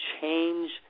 change